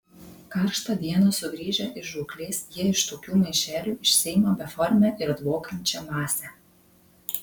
karštą dieną sugrįžę iš žūklės jie iš tokių maišelių išsiima beformę ir dvokiančią masę